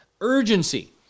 urgency